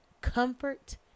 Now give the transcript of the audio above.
comfort